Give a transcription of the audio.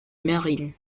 marine